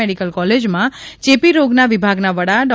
medical કોલેજમાં ચેપી રોગોના વિભાગના વડા ડો